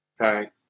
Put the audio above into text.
Okay